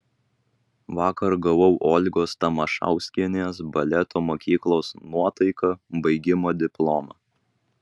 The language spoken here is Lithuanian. vakar gavau olgos tamašauskienės baleto mokyklos nuotaika baigimo diplomą